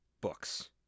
books